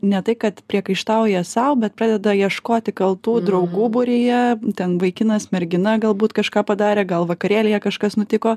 ne tai kad priekaištauja sau bet pradeda ieškoti kaltų draugų būryje ten vaikinas mergina galbūt kažką padarė gal vakarėlyje kažkas nutiko